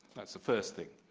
that's the first thing.